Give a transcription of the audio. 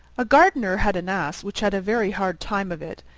a gardener had an ass which had a very hard time of it,